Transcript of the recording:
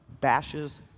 bashes